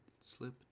slip